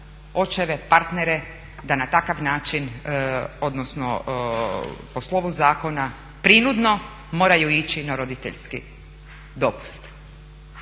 očeve, partnere da na takav način, odnosno po slovu zakona prinudno moraju ići na roditeljski dopust.